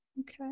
Okay